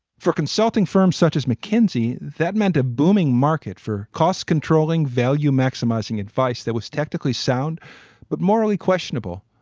for consulting firms such as mckinsey, that meant a booming market for costs, controlling value, maximizing advice that was technically sound but morally questionable.